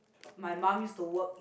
my mum is to work in